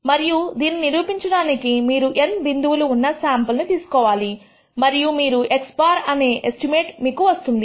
మరియు దీనిని నిరూపించడానికి మీరు N బిందువులు ఉన్న శాంపుల్ ని తీసుకోవాలి మరియు మీకు x̅ అనే ఎస్టిమేట్ వస్తుంది